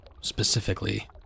specifically